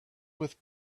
with